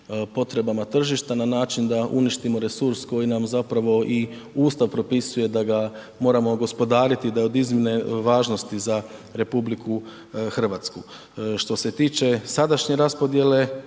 potrebama tržišta na način da uništimo resurs koji nam zapravo i Ustav propisuje da ga moramo gospodariti i da je od iznimne važnosti za RH. Što se tiče sadašnje raspodjele